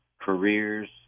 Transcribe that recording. careers